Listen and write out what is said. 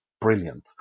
brilliant